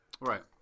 Right